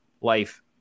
Life